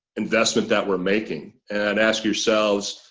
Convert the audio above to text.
investment that we're making and ask yourselves